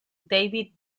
david